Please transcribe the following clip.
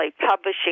publishing